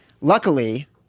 Luckily